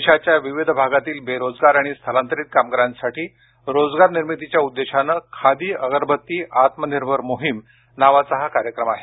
देशाच्या विविध भागातील बेरोजगार आणि स्थलांतरित कामगारांसाठी रोजगार निर्मितीच्या उद्देशाने खादी अगरबत्ती आत्मनिर्भर मोहीम नावाचा हा कार्यक्रम आहे